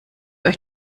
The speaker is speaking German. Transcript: euch